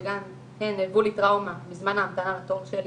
שגם היוו לי טראומה בזמן ההמתנה לתור שלי,